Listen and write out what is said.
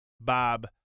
bob